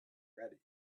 ready